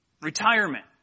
retirement